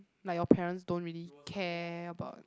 like your parents don't really care about